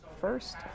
First